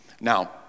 Now